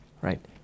right